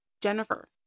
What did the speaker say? Jennifer